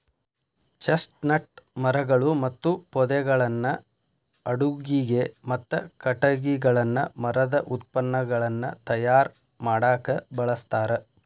chestnut ಮರಗಳು ಮತ್ತು ಪೊದೆಗಳನ್ನ ಅಡುಗಿಗೆ, ಮತ್ತ ಕಟಗಿಗಳನ್ನ ಮರದ ಉತ್ಪನ್ನಗಳನ್ನ ತಯಾರ್ ಮಾಡಾಕ ಬಳಸ್ತಾರ